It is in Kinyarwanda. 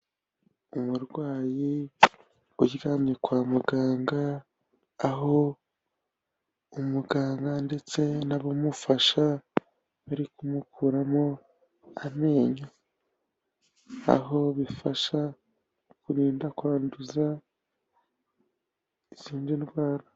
Umurwayi uryamye kwa muganga, aho umuganga ndetse n'abamufasha bari kumukuramo amenyo, aho bifasha kurinda kwanduza izindi ndwara.